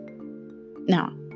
Now